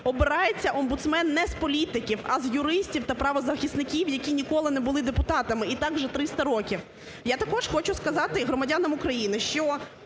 обирається омбудсмен не з політиків, а з юристів та правозахисників, які ніколи не були депутатами, і так уже 300 років. Я також хочу сказати і громадянам України, що